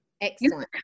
Excellent